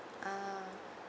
ah